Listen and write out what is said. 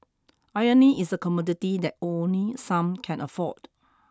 irony is a commodity that only some can afford